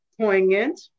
poignant